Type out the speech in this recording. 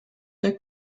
der